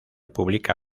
publica